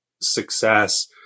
success